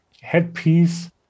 headpiece